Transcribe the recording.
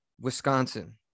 Wisconsin